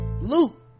Luke